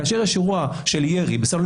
כאשר יש אירוע של ירי, בסדר?